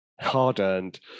Hard-earned